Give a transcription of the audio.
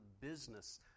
business